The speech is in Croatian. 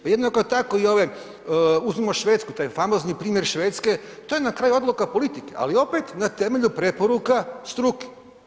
Pa jednako tako i ovaj, uzmimo Švedsku, taj famozni primjer Švedske, to je na kraju odluka politike, ali opet na temelju preporuka struke.